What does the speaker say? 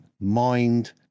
mind